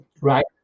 Right